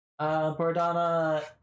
Bordana